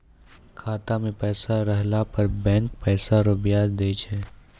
खाता मे पैसा रहला पर बैंक पैसा रो ब्याज दैय छै